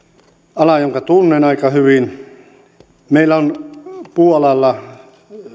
alalta jonka tunnen aika hyvin meillä on puualalla